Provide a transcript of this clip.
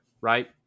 right